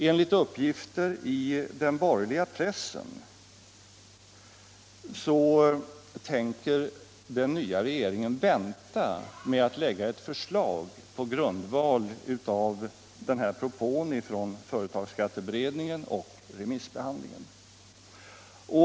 Enligt uppgifter i den borgerliga pressen tänker den nya regeringen vänta med att lägga fram ett förslag på grundval av propån från företagsskatteberedningen och remissbehandlingen.